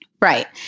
Right